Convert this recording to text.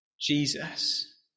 Jesus